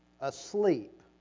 asleep